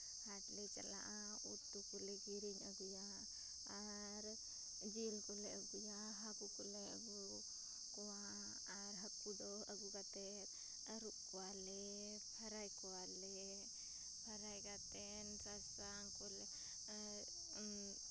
ᱦᱟᱴ ᱞᱮ ᱪᱟᱞᱟᱜᱼᱟ ᱩᱛᱩ ᱠᱚᱞᱮ ᱠᱤᱨᱤᱧ ᱟᱹᱜᱩᱭᱟ ᱟᱨ ᱡᱤᱞ ᱠᱚᱞᱮ ᱟᱹᱜᱩᱭᱟ ᱦᱟᱠᱩ ᱠᱚᱞᱮ ᱟᱹᱜᱩ ᱠᱚᱣᱟ ᱟᱨ ᱦᱟᱹᱠᱩ ᱫᱚ ᱟᱹᱜᱩ ᱠᱟᱛᱮ ᱟᱨᱩᱵ ᱠᱚᱣᱟᱞᱮ ᱯᱷᱟᱨᱟᱭ ᱠᱚᱣᱟᱞᱮ ᱯᱷᱟᱨᱟᱭ ᱠᱟᱛᱮ ᱥᱟᱥᱟᱝ ᱠᱚᱞᱮ